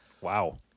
wow